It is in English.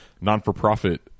non-for-profit